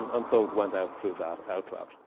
and so it went out through that outlet.